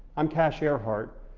i'm cash arehart,